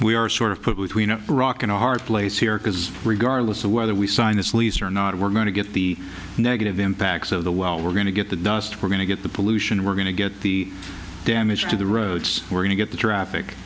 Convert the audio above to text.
we are sort of put with we know a rock and a hard place here because regardless of whether we sign this lease or not we're going to get the negative impacts of the well we're going to get the dust we're going to get the pollution we're going to get the damage to the roads we're going to get the traffic